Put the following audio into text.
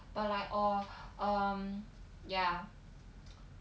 well I or um ya